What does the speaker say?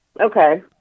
Okay